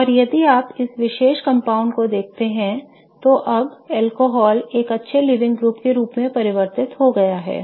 और यदि आप यहां इस विशेष compound को देखते हैं तो अब अल्कोहल एक अच्छे लीविंग ग्रुप में परिवर्तित हो गया है